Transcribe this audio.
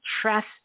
trust